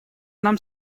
нам